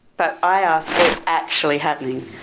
but i asked what is actually happening.